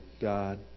God